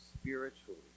spiritually